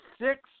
six